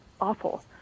awful